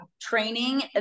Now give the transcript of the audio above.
training